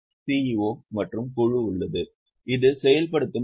CEO மற்றும் குழு உள்ளது இது செயல்படுத்தும் அமைப்பு